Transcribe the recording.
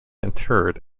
interred